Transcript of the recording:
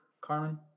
Carmen